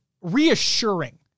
reassuring